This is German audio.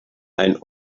ein